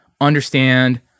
understand